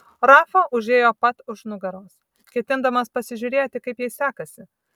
rafa užėjo pat už nugaros ketindamas pasižiūrėti kaip jai sekasi